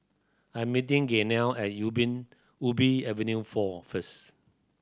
I'm meeting Gaynell at Ubi Avenue Four first